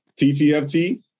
TTFT